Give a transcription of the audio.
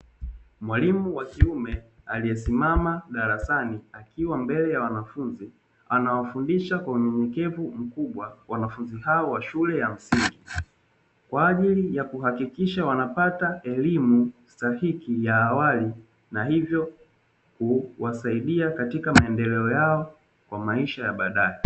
Mwalimu wa kiume aliyesimama darasani akiwa mbele ya wanafunzi anawafundisha kwa unyenyekevu mkubwa, wanafunzi hao wa shule ya msingi kwa ajili ya kuhakikisha wanapata elimu stahiki ya awali na hivyo kuwasaidia katika maendeleo yao kwa maisha ya baadae.